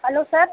hello sir